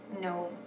No